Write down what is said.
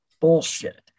bullshit